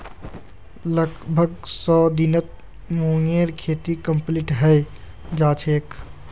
लगभग सौ दिनत मूंगेर खेती कंप्लीट हैं जाछेक